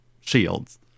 shields